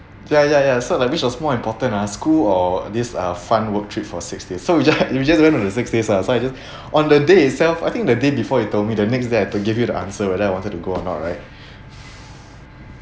ya ya ya so that means which was more important ah school or these uh fun work trip for six days so you just you just went on the six days ah so I just on the day itself I think the day before you told me the next day I have to give you the answer whether I wanted to go or not right